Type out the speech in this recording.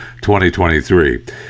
2023